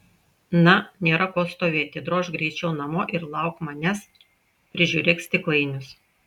na nėra ko stovėti drožk greičiau namo ir lauk manęs prižiūrėk stiklainius